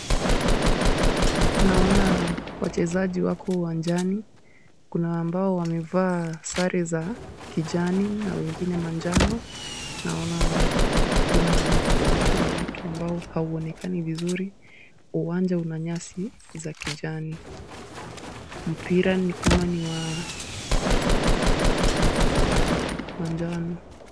Naona wachezaji wako uwanjani , kuna ambao wamevaa sare za kijani na wengine manjano ,na kuna umati wa wa watu ambao hauonekani vizuri ,uwanja una nyasi za kijani ,mpira ni kama ni wa manjano.